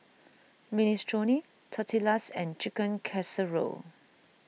Minestrone Tortillas and Chicken Casserole